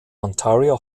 ontario